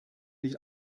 nicht